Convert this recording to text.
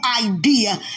idea